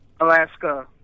Alaska